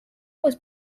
was